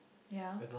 ya